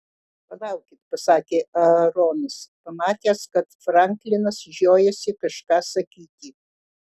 palaukit pasakė aaronas pamatęs kad franklinas žiojasi kažką sakyti